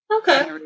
Okay